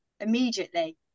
immediately